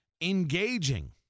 engaging